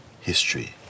history